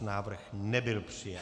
Návrh nebyl přijat.